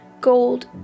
gold